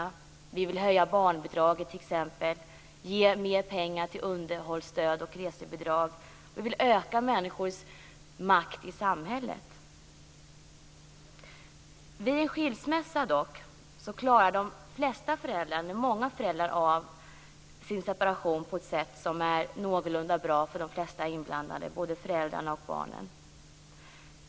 Vi vill t.ex. höja barnbidraget och ge mer pengar till underhållsstöd och resebidrag. Vi vill öka människors makt i samhället. Vid en skilsmässa klarar många föräldrar av sin separation på ett sätt som är någorlunda bra för de inblandade, både föräldrar och barn.